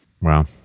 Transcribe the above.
wow